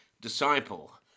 disciple